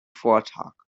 vortag